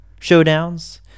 showdowns